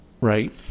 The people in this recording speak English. Right